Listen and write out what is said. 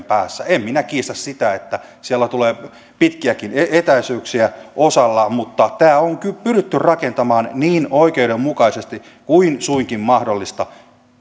päässä en minä kiistä sitä että siellä tulee pitkiäkin etäisyyksiä osalla mutta tämä on pyritty rakentamaan niin oikeudenmukaisesti kuin suinkin mahdollista